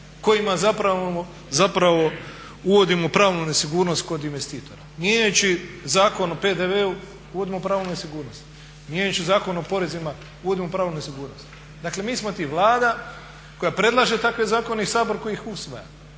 kojima zapravo uvodimo pravnu nesigurnost kod investitora mijenjajući Zakon o PDV-u uvodimo pravnu nesigurnost. Mijenjajući zakon o porezima uvodimo pravnu nesigurnost. Dakle mi smo ti Vlada koja predlaže takve zakone i Sabor koji ih usvaja.